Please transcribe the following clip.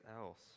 else